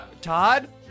Todd